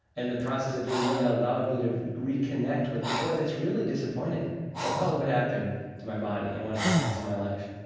and the process of doing yoga allowed me to reconnect with the boy that's really disappointed about what what happened to my body and what happened to my life